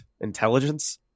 Intelligence